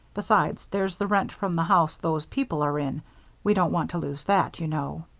besides, there's the rent from the house those people are in we don't want to lose that, you know.